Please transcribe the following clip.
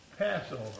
Passover